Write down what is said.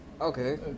okay